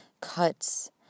cuts